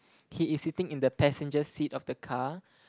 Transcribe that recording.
he is sitting in the passenger seat of the car